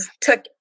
took